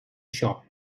shop